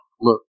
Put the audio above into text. look